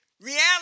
Reality